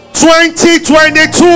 2022